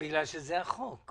כי זה החוק.